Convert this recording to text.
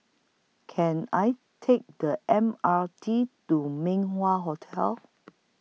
Can I Take The M R T to Min Wah Hotel